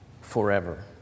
forever